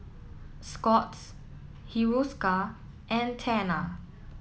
Scott's Hiruscar and Tena